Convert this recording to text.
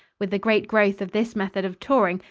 with the great growth of this method of touring,